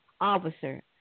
Officer